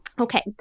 Okay